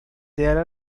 there